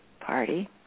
party